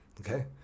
okay